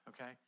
okay